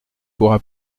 pourra